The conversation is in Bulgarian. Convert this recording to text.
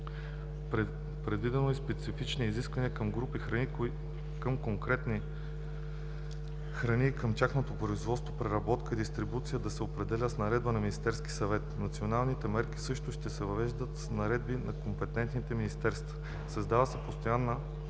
Предвидено е специфичните изисквания към групи храни, към конкретни храни и към тяхното производство, преработка и дистрибуция да се определят с наредби на Министерския съвет. Националните мерки също ще се въвеждат с наредби на компетентните министри. Създава се постоянен